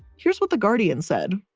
here's what the guardian said.